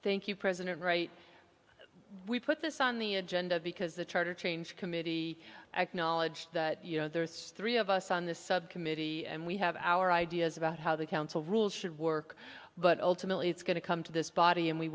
thank you president right we put this on the agenda because the charter change committee acknowledged that you know there are three of us on this subcommittee and we have our ideas about how the council rules should work but ultimately it's going to come to this body and we